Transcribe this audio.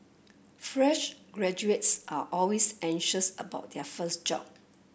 fresh graduates are always anxious about their first job